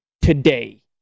today